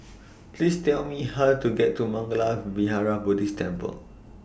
Please Tell Me How to get to Mangala Vihara Buddhist Temple